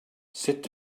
sut